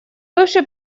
бывший